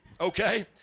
Okay